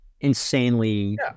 insanely